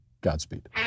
Godspeed